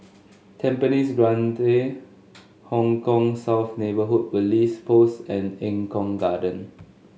Tampines Grande Hong Kah South Neighbourhood Police Post and Eng Kong Garden